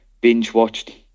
binge-watched